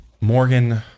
Morgan